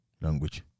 Language